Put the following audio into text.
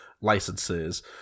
licenses